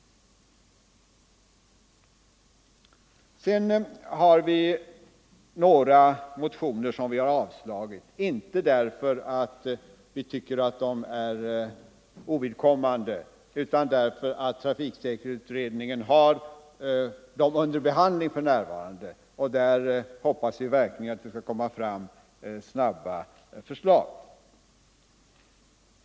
Sedan finns det några motioner som utskottet har avstyrkt — inte därför att vi tycker att de är ovidkommande utan därför att trafiksäkerhetsutredningen har dem under behandling för närvarande. Vi hoppas verkligen att det här skall komma snabba förslag.